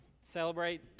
celebrate